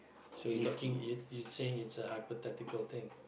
so you talking you you saying is a hypothetical thing